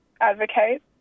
advocate